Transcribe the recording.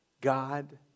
God